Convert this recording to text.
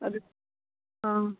ꯑꯗꯨ ꯑꯥ